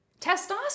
Testosterone